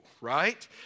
right